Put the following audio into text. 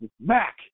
Mac